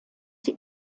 sie